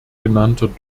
genannter